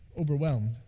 overwhelmed